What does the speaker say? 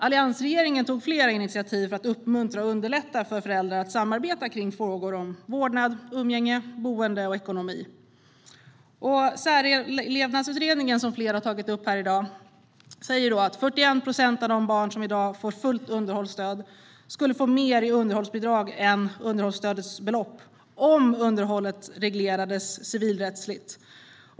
Alliansregeringen tog flera initiativ för att uppmuntra och underlätta för föräldrar att samarbeta kring frågor om vårdnad, umgänge, boende och ekonomi. Särlevandeutredningen, som flera har tagit upp här i dag, sa att 41 procent av de barn som i dag får fullt underhållsstöd skulle få mer i underhållsbidrag än underhållsstödets belopp om underhållet reglerades civilrättsligt.